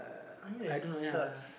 i mean it sucks